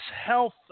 health